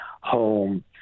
home